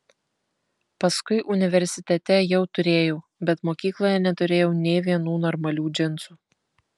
paskui universitete jau turėjau bet mokykloje neturėjau nė vienų normalių džinsų